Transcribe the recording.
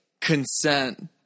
consent